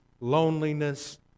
loneliness